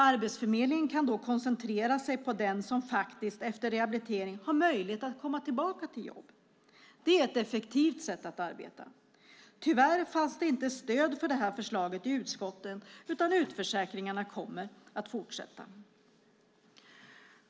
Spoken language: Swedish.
Arbetsförmedlingen kan då koncentrera sig på den som efter rehabilitering har möjlighet att komma tillbaka till jobb. Det är ett effektivt sätt att arbeta. Tyvärr fanns det inte stöd för detta förslag i utskottet, utan utförsäkringarna kommer att fortsätta.